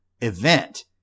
event